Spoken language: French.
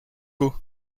caux